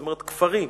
זאת אומרת: כפרים.